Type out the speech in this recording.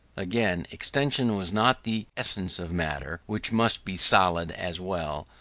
again, extension was not the essence of matter, which must be solid as well,